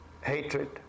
hatred